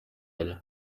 elle